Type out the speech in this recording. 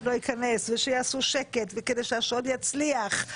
לא ייכנס ושיעשו שקט כדי שהשוד יצליח.